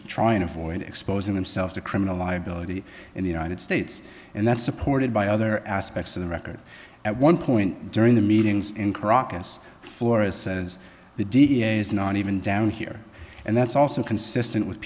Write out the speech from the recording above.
to try and avoid exposing themselves to criminal liability in the united states and that's supported by other aspects of the record at one point during the meetings in caracas flora's says the da is not even down here and that's also consistent with